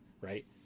right